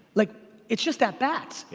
like it's just at-bats.